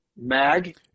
mag